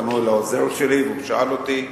פנו אל העוזר שלי והוא שאל אותי,